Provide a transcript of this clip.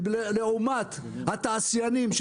לעומת התעשיינים,